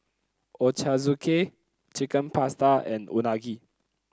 Ochazuke Chicken Pasta and Unagi